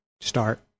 start